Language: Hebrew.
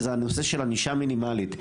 וזה הנושא של ענישה מינימלית.